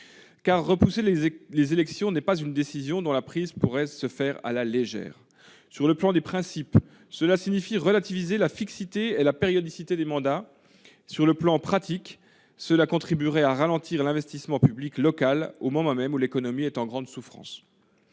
repousser les élections n'est pas une décision à prendre à la légère. Du point de vue des principes, cela serait relativiser la fixité et la périodicité des mandats. Du point de vue pratique, cela contribuerait à ralentir l'investissement public local, au moment même où l'économie est en grande souffrance.